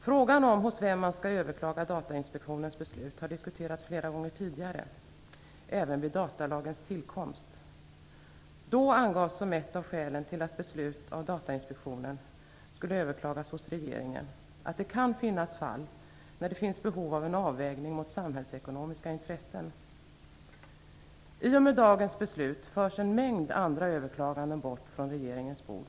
Frågan om hos vem man skall överklaga Datainspektionens beslut har diskuterats flera gånger tidigare, även vid datalagens tillkomst. Då angavs som ett av skälen till att beslut av Datainspektionen skulle överklagas hos regeringen att det kan finnas fall där det finns behov av en avvägning mot samhällsekonomiska intressen. I och med dagens beslut förs en mängd andra överklaganden bort från regeringens bord.